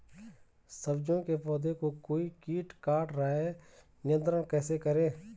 सब्जियों के पौधें को कोई कीट काट रहा है नियंत्रण कैसे करें?